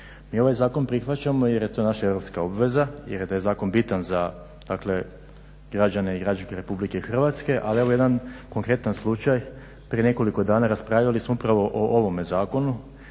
Mi ovaj Zakon prihvaćamo jer je to naša europska obveza, jer da je zakon bitan za dakle građane i građanke Republike Hrvatske. Ali evo jedan konkretan slučaj, prije nekoliko dana raspravljali smo upravo o ovome Zakonu,